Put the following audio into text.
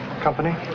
company